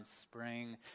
spring